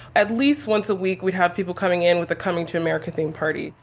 at least once a week, we'd have people coming in with a coming to america themed party.